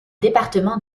département